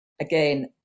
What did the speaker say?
again